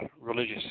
religious